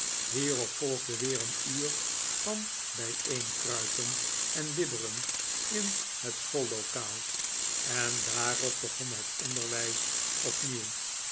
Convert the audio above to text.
hierop rolgde weer een uur van bijeenkruipen en bibberen in het schoollokaal en daarop begon het onderwijs opnieuw